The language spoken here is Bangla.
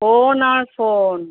ফোন আর ফোন